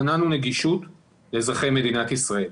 מנענו נגישות לאזרחי מדינת ישראל.